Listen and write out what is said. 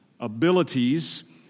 Abilities